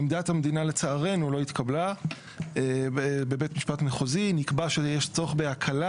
עמדת המדינה לצערנו לא התקבלה בבית משפט מחוזי נקבע שיש צורך בהקלה,